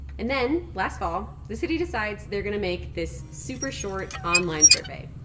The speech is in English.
and then, last fall, the city decides they're going to make this super short online survey,